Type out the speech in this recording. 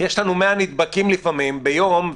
יש לנו 100 נדבקים לפעמים ביום,